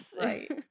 Right